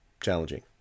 challenging